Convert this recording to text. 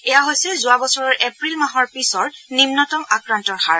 এয়া হৈছে যোৱা বছৰৰ এপ্ৰিল মাহৰ পিছৰ নিম্নতম আক্ৰান্তৰ হাৰ